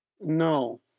No